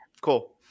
Cool